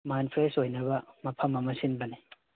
mind fresh ꯑꯣꯏꯅꯕ ꯃꯐꯝ ꯑꯃ ꯁꯤꯟꯕꯅꯦ